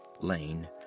Lane